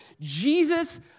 Jesus